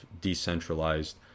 decentralized